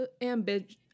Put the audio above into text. ambitious